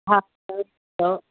हा तव्हां चओ